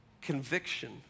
Conviction